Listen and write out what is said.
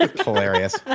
hilarious